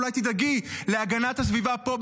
אולי תדאגי להגנת הסביבה פה,